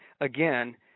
again